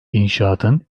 i̇nşaatın